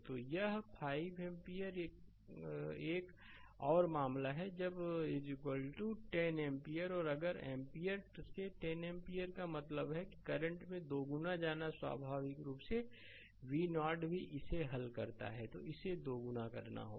तो यह 5 एम्पीयर एक और मामला है जब 10 एम्पीयर और अगर एम्पीयर से 10 एम्पीयर का मतलब है कि करंट में दोगुना हो जाना स्वाभाविक रूप से v0 भी इसे हल करता है तो इसे दोगुना करना होगा